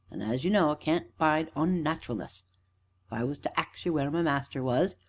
and, as you know, i can't abide onnat'ralness. if i was to ax you where my master was,